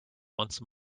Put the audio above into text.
once